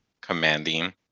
commanding